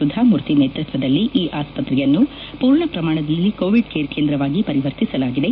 ಸುಧಾ ಮೂರ್ತಿ ನೇತೃತ್ವದಲ್ಲಿ ಈ ಆಸ್ಪತ್ರೆಯನ್ನು ಪೂರ್ಣ ಪ್ರಮಾಣದಲ್ಲಿ ಕೋವಿಡ್ ಕೇರ್ ಕೇಂದ್ರವಾಗಿ ಪರಿವರ್ತಿಸಲಾಗಿದೆ